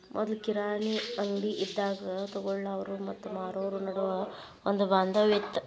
ಮೊದ್ಲು ಕಿರಾಣಿ ಅಂಗ್ಡಿ ಇದ್ದಾಗ ತೊಗೊಳಾವ್ರು ಮತ್ತ ಮಾರಾವ್ರು ನಡುವ ಒಂದ ಬಾಂಧವ್ಯ ಇತ್ತ